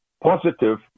positive